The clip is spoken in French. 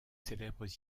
célèbres